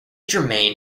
germain